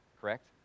correct